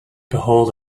behold